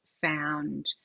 found